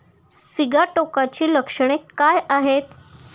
सिगाटोकाची लक्षणे काय आहेत?